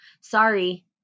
Sorry